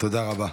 תודה רבה.